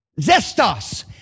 Zestos